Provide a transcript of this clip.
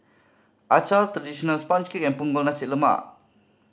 acar traditional sponge cake and Punggol Nasi Lemak